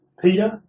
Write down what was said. Peter